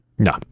No